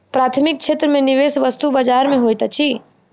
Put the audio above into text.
प्राथमिक क्षेत्र में निवेश वस्तु बजार में होइत अछि